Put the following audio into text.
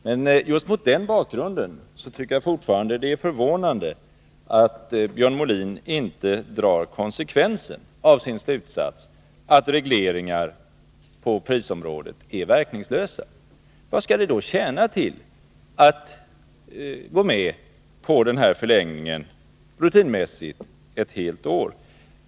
Men just mot den bakgrunden tycker jag fortfarande att det är förvånande att Björn Molin inte drar konsekvensen av sin slutsats att regleringar på prisområdet är verkningslösa. Vad skall det då tjäna till att rutinmässigt gå med på den här förlängningen ett helt år?